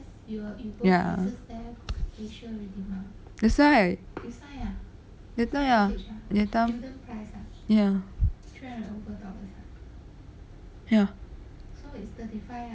ya that's why later ah later ya ya